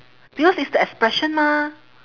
because it's the expression mah